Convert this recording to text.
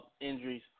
injuries